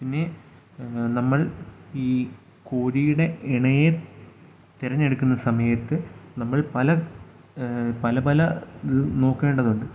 പിന്നെ നമ്മൾ ഈ കോഴീടെ ഇണയെ തെരഞ്ഞെടുക്കുന്ന സമയത്ത് നമ്മൾ പല പല പല ഇത് നോക്കേണ്ടതുണ്ട്